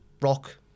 rock